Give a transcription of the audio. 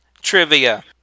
trivia